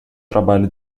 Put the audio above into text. trabalho